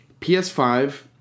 PS5